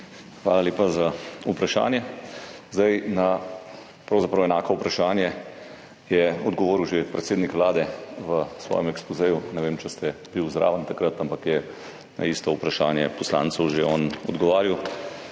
Hvala lepa za vprašanje. Na pravzaprav enako vprašanje je odgovoril že predsednik Vlade v svojem ekspozeju. Ne vem, če ste bili takrat zraven, ampak je na isto vprašanje poslanca že on odgovarjal.